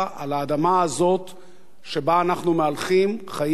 שאנחנו מהלכים חיים שני עמים, יהודי וערבי,